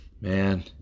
man